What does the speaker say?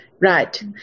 Right